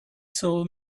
saw